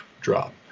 drop